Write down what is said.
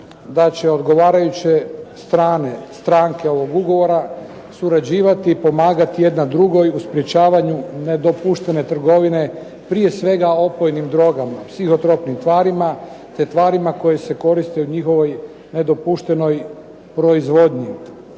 da će odgovarajuće stranke ovog ugovora surađivati i pomagati jedna drugoj u sprječavanju nedopuštene trgovine, prije svega opojnim drogama, psihotropnim tvarima te tvarima koje se koriste u njihovoj nedopuštenoj proizvodnji.